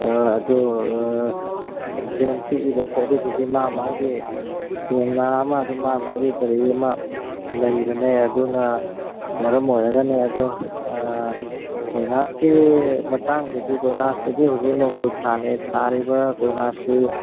ꯑꯗꯨ ꯗ꯭ꯔꯦꯟ ꯄꯤꯛꯏꯕ ꯈꯣꯠꯂꯤꯗꯨꯗꯤ ꯃꯥ ꯃꯥꯒꯤ ꯏꯁꯇꯦꯃꯤꯅ ꯑꯗꯨ ꯃꯥ ꯃꯥꯒꯤ ꯀꯔꯤ ꯑꯃ ꯂꯩꯕꯅꯦ ꯑꯗꯨꯅ ꯃꯔꯝ ꯑꯣꯏꯔꯒꯅꯦ ꯑꯗꯨ ꯀꯣꯏꯂꯥꯁꯀꯤ ꯃꯇꯥꯡꯗꯨꯗꯤ ꯀꯣꯏꯂꯥꯁꯇꯨꯗꯤ ꯍꯧꯖꯤꯛ ꯅꯣꯡꯖꯨ ꯊꯥꯅꯤ ꯊꯥꯔꯤꯕ ꯀꯣꯏꯂꯥꯁꯁꯤ